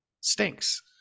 stinks